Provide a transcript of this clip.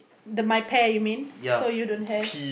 the my pair you mean so you don't have